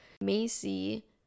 macy